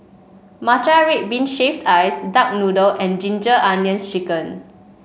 Matcha Red Bean Shaved Ice Duck Noodle and Ginger Onions chicken